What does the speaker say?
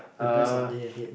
the best of day ahead